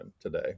today